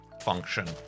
function